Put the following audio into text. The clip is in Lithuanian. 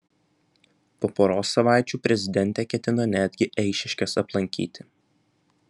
po poros savaičių prezidentė ketina netgi eišiškes aplankyti